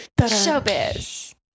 Showbiz